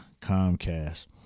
Comcast